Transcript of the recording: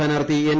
സ്ഥാനാർത്ഥി എൻ